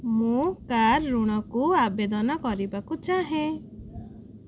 ମୁଁ କାର୍ ଋଣକୁ ଆବେଦନ କରିବାକୁ ଚାହେଁ